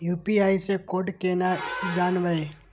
UPI से code केना जानवै?